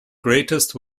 greatest